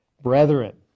brethren